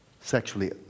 Sexually